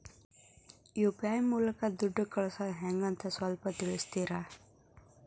UPI ಮೂಲಕ ದುಡ್ಡು ಕಳಿಸೋದ ಹೆಂಗ್ ಅಂತ ಸ್ವಲ್ಪ ತಿಳಿಸ್ತೇರ?